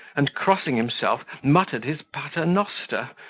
and, crossing himself, muttered his pater noster,